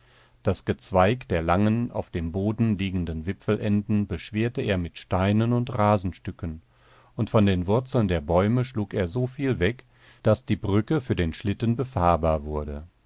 das gezweig der langen auf dem boden liegenden wipfelenden beschwerte er mit steinen und rasenstücken und von den wurzeln der bäume schlug er so viel weg daß die brücke für den schlitten befahrbar wurde